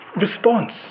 response